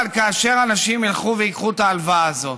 אבל כאשר אנשים ילכו וייקחו את ההלוואה הזאת